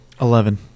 Eleven